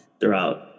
throughout